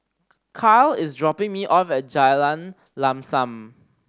Karyl is dropping me off at Jalan Lam Sam